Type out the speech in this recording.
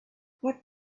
what